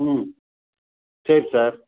ம் சரி சார்